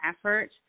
effort